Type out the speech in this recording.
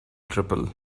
triple